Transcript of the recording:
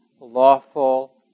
lawful